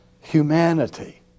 humanity